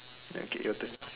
okay your turn